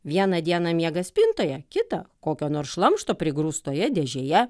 vieną dieną miega spintoje kitą kokio nors šlamšto prigrūstoje dėžėje